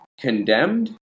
condemned